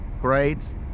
great